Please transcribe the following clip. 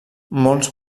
molts